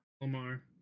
Lamar